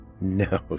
No